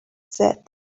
said